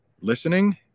listening